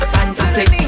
Fantastic